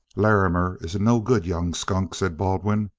larrimer is a no-good young skunk, said baldwin,